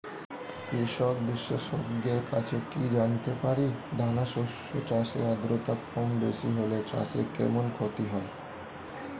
কৃষক বিশেষজ্ঞের কাছে কি জানতে পারি দানা শস্য চাষে আদ্রতা কমবেশি হলে চাষে কেমন ক্ষতি হয়?